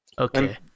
Okay